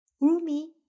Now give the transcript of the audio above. Rumi